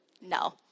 No